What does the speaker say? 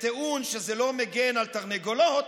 בטיעון שזה לא מגן על תרנגולות,